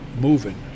moving